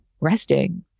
resting